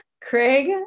Craig